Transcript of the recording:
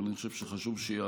אבל אני חושב שחשוב שייאמרו: